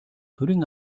төрийн